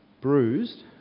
bruised